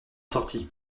sorti